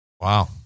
Wow